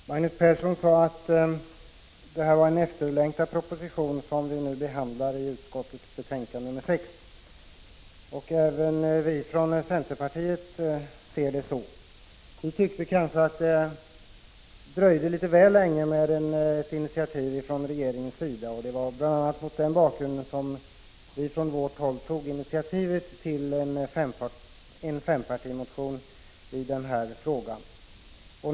Fru talman! Magnus Persson sade att det är en efterlängtad proposition som vi nu behandlar i utskottets betänkande nr 6. Även vi från centerpartiet ser det så. Vi tyckte kanske att det dröjde litet väl länge med ett initiativ från regeringens sida, och det var bl.a. mot den bakgrunden som vi från centerpartiet tog initiativet till en fempartimotion i den här frågan.